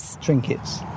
Trinkets